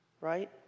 Right